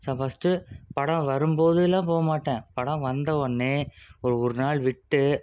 first படம் வரும் போதுலாம் போக மாட்டேன் படம் வந்தவொடனே ஒரு ஒரு நாள் விட்டு